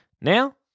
Now